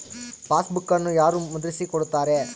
ಪಾಸ್ಬುಕನ್ನು ಯಾರು ಮುದ್ರಿಸಿ ಕೊಡುತ್ತಾರೆ?